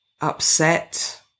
upset